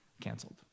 canceled